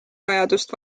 vajadust